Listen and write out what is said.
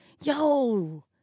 Yo